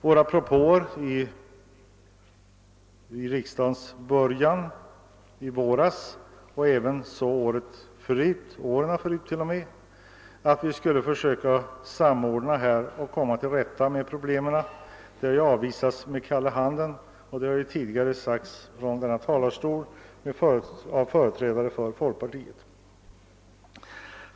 Våra propåer vid riksdagens början i våras och även året före, t.o.m. åren före, att vi borde försöka åstadkomma en samordning för att komma till rätta med problemen har ju avvisats med kalla handen. Det har ju tidigare sagts från denna talarstol av företrädare för folkpartiet.